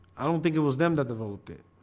i don't think it was them that developed it.